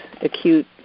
acute